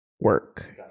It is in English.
work